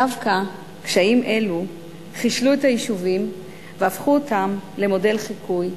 דווקא קשיים אלה חישלו את היישובים והפכו אותם למודל חיקוי,